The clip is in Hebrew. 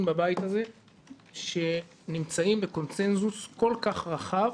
בבית הזה שנמצאים בקונצנזוס כל כך רחב